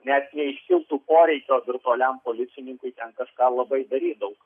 net jei iškiltų poreikio virtualiam policininkui ten kažką labai daryt daug